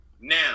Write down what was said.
Now